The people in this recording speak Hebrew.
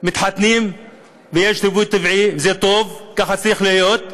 מתחתנים ויש ריבוי טבעי, זה טוב, ככה צריך להיות.